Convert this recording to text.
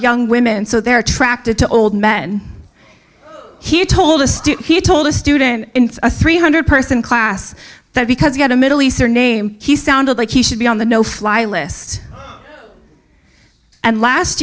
young women so they're attracted to old men he told us he told a student in a three hundred person class that because he had a middle eastern name he sounded like he should be on the no fly list and last